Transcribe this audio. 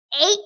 Eight